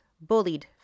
bullied